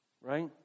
right